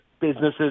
businesses